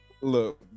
look